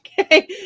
Okay